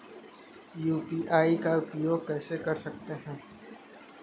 UPI का उपयोग कैसे कर सकते हैं?